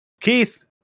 keith